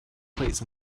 plates